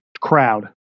crowd